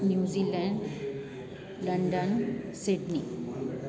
New Zealand London Sydney